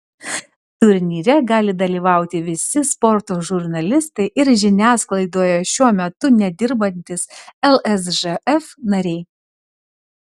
turnyre gali dalyvauti visi sporto žurnalistai ir žiniasklaidoje šiuo metu nedirbantys lsžf nariai